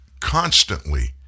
constantly